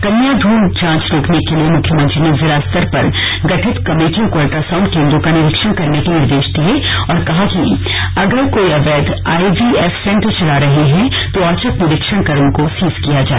कन्या भ्रूण जांच रोकने के लिए मुख्यमंत्री ने जिला स्तर पर गठित कमेटियों को अल्ट्रासांउट केन्द्रों का निरीक्षण करने के निर्देश दिये और कहा कि यदि कोई अवैध आईवीएफ सेंटर चल रहे हैं तो औचक निरीक्षण कर उनको सीज किया जाय